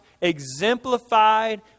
exemplified